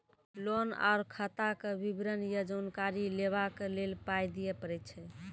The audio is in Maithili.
लोन आर खाताक विवरण या जानकारी लेबाक लेल पाय दिये पड़ै छै?